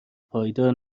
پایدار